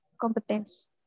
competence